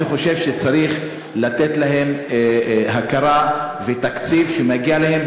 אני חושב שצריך לתת להם הכרה ותקציב שמגיע להם,